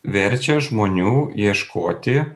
verčia žmonių ieškoti